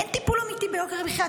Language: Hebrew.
אין טיפול אמיתי ביוקר המחיה.